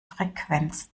frequenz